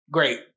Great